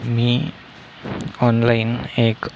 मी online एक